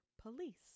police